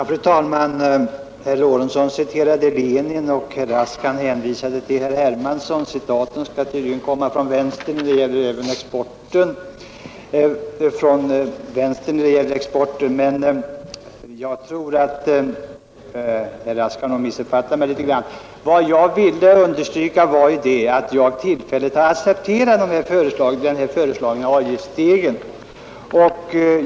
Fru talman! Herr Lorentzon citerade Lenin, och herr Rask hänvisade till herr Hermansson — citaten skall tydligen komma från vänster även när det gäller exporten. Jag tror emellertid att herr Rask har missuppfattat mig något. Vad jag ville understryka var att jag för tillfället accepterar den föreslagna avgiftsstegen.